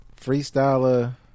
Freestyler